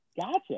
Gotcha